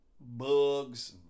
bugs